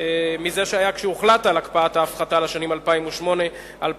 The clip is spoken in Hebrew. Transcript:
מזה שהיה כשהוחלט על הקפאת ההפחתה לשנים 2008 ו-2009.